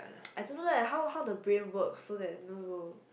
I don't know leh how how the brain works so that you know will